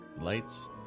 Lights